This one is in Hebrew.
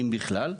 אם בכלל.